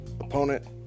opponent